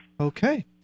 Okay